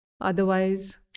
otherwise